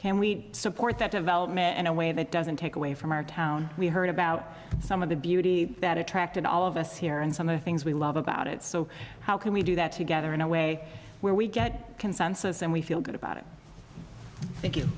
can we support that development in a way that doesn't take away from our town we heard about some of the beauty that attracted all of us here and some of the things we love about it so how can we do that together in a way where we get consensus and we feel good about it thank you